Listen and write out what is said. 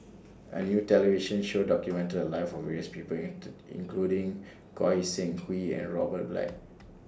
A New television Show documented The Lives of various People including Goi Seng Hui and Robert Black